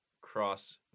cross